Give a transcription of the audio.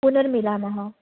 पुनर्मिलामः